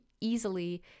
easily